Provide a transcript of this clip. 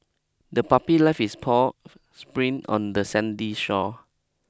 the puppy left its paw spring on the sandy shore